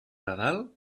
nadal